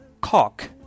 cock